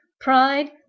Pride